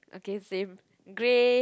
okay same grey